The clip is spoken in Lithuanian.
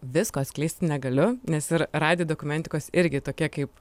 visko atskleisti negaliu nes ir radijo dokumentikos irgi tokia kaip